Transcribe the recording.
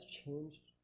changed